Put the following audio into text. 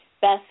best